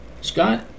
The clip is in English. Scott